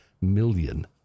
million